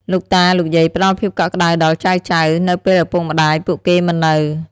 លោកតា លោកយាយផ្ដល់ភាពកក់ក្ដៅដល់ចៅៗ នៅពេលឪពុកម្ដាយពួកគេមិននៅ។